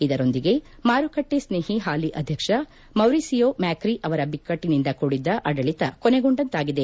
ಇದರೊಂದಿಗೆ ಮಾರುಕಟ್ಟೆ ಸ್ನೇಹಿ ಹಾಲಿ ಅಧ್ಯಕ್ಷ ಮೌರಿಸಿಯೋ ಮ್ಯಾಕ್ರಿ ಅವರ ಬಿಕ್ಟಟನಿಂದ ಕೂಡಿದ್ದ ಆಡಳಿತ ಕೊನೆಗೊಂಡಂತಾಗಿದೆ